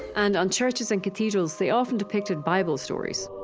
and on churches and cathedrals, they often depicted bible stories.